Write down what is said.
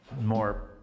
more